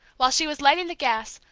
while she was lighting the gas,